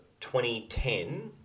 2010